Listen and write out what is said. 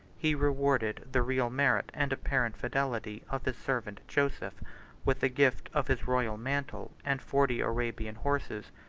he rewarded the real merit and apparent fidelity of his servant joseph with a gift of his royal mantle, and forty arabian horses,